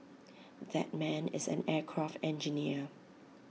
that man is an aircraft engineer